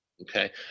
Okay